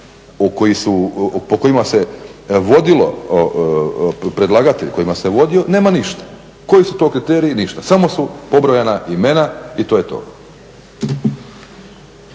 po kojima se vodio predlagatelj nema ništa. Koji su to kriteriji? Ništa. Samo su pobrojana imena i to je to.